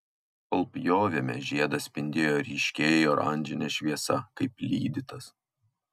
kol pjovėme žiedas spindėjo ryškiai oranžine šviesa kaip lydytas